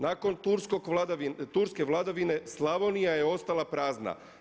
Nakon turske vladavine Slavonija je ostala prazna.